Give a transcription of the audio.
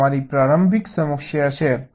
આ તમારી પ્રારંભિક સમસ્યા છે